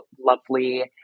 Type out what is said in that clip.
lovely